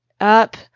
up